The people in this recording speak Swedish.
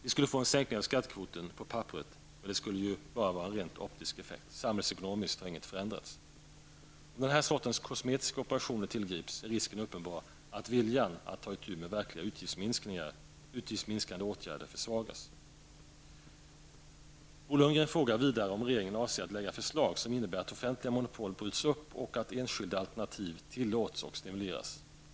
Vi skulle få en sänkning av skattekvoten, på papperet. Men det skulle ju bara vara en rent optisk effekt. Samhällsekonomiskt har inget förändrats. Om den här sortens kosmetiska operationer tillgrips är risken uppenbar att viljan att ta itu med verkliga utgiftsminskande åtgärder försvagas. Bo Lundgren frågar vidare om regeringen avser att lägga förslag som innebär att offentliga monopol bryts upp och att enskilda alternativ tillåts och stimuleras.